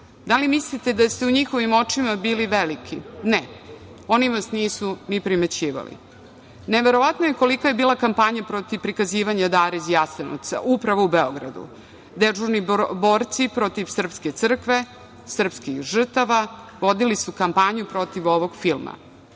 Da li mislite da ste u njihovim očima bili veliki? Ne, oni vas nisu ni primećivali. Neverovatno je kolika je bila kampanja protiv prikazivanja „Dare iz Jasenovca“ upravo u Beogradu. Dežurni borci protiv srpske crkve, srpskih žrtava, vodili su kampanju protiv ovog